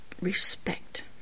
respect